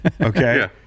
okay